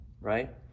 right